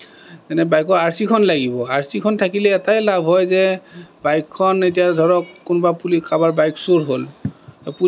যেনে বাইকৰ R C খন লাগিব আৰ চিখন থাকিলে এটাই লাভ হয় যে বাইকখন এতিয়া ধৰক কোনোবা কাৰোবাৰ বাইক চুৰ হ'ল